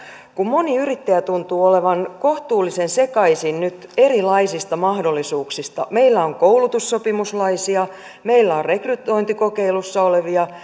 kun moni yrittäjä tuntuu olevan kohtuullisen sekaisin nyt erilaisista mahdollisuuksista meillä on koulutussopimuslaisia meillä on rekrytointikokeilussa olevia